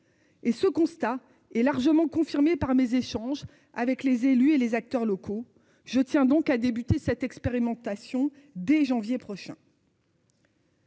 Et ce constat est largement confirmé par mes échanges avec les élus et les acteurs locaux je tiens donc à débuter cette expérimentation dès janvier prochain.